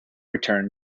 return